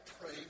pray